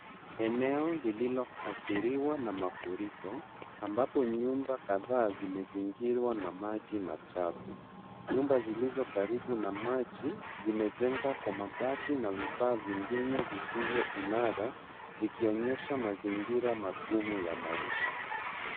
Eneo lililoathiriwa na mafuriko ambapo nyumba kadhaa zimezingirwa na maji machafu. Nyumba zilizo karibu na maji zimejengwa kwa mabati na vifaa vingine visivyo imara zikionyesha mazingira magumu ya maisha.